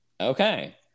okay